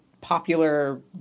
popular